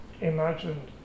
imagined